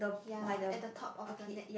ya at the top of the net